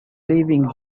leaving